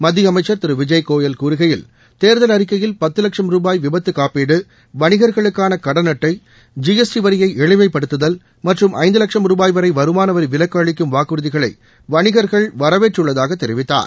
மத்திய அமைச்சர் திரு விஜய் கோயல் கூறுகையில் தேர்தல் அறிக்கையில் பத்து லட்சம் ரூபாய் விபத்து காப்பீடு வணிகர்களுக்கான கடன் அட்டை ஜிஎஸ்டி வரியை எளிமைப்படுத்துதல் மற்றும் ஐந்து லட்சம் ரூபாய்வரை வருமானவரி விலக்கு அளிக்கும் வாக்குறுதிகளை வணிகர்கள் வரவேற்றுள்ளதாக தெரிவித்தார்